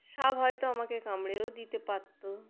সাপ হয়তো আমাকে কামড়েও দিতে পারত